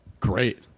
Great